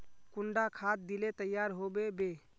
कुंडा खाद दिले तैयार होबे बे?